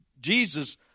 jesus